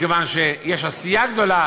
מכיוון שיש עשייה גדולה